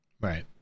right